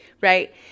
right